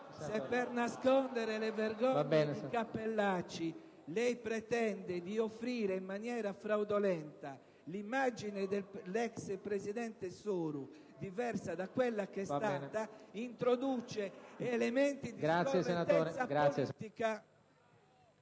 lei, per nascondere le vergogne di Cappellacci, pretende di offrire, in maniera fraudolenta, un'immagine dell'ex presidente Soru diversa da quella che è stata, introduce elementi di scorrettezza politica.